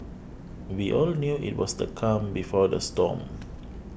we all knew it was the calm before the storm